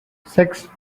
six